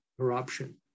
corruption